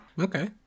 Okay